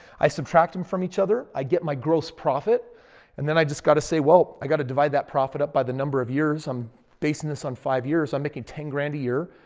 i subtract them from each other. i get my gross profit and then i just got to say, well, i got to divide that profit up by the number of years. i'm basing this on five years. i'm making ten grand a year.